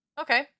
okay